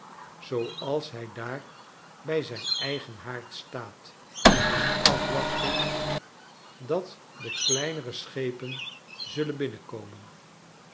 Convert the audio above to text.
zooals hij daar bij zijn eigen haard staat in afwachting dat de kleinere schepen zullen binnenkomen